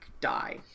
die